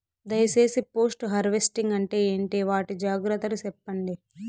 దయ సేసి post harvesting అంటే ఏంటి? వాటి జాగ్రత్తలు సెప్పండి?